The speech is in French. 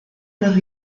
leur